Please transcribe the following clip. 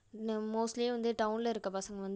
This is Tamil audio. என்ன மோஸ்ட்லி வந்து டவுன்ல இருக்க பசங்கள் வந்து